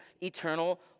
eternal